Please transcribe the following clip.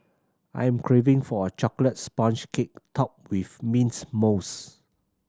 I am craving for a chocolate sponge cake topped with mints mousse